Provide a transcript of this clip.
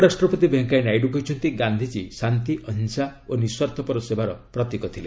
ଉପରାଷ୍ଟ୍ରପତି ଭେଙ୍କିୟା ନାଇଡୁ କହିଛନ୍ତି ଗାନ୍ଧିକୀ ଶାନ୍ତି ଅହିଂସା ଓ ନିଃସ୍ୱାର୍ଥପର ସେବାର ପ୍ରତୀକ ଥିଲେ